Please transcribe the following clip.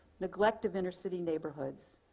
neglective inner city neighborhoods,